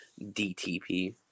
DTP